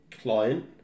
client